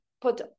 put